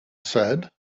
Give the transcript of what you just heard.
said